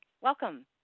Welcome